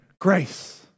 grace